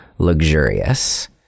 luxurious